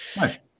Nice